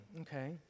okay